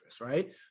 right